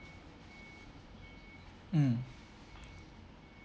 mm